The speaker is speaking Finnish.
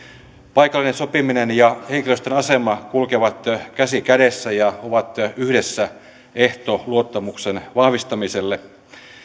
paikallinen sopiminen ja henkilöstön asema kulkevat käsi kädessä ja ovat yhdessä ehto luottamuksen vahvistamiselle